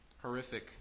horrific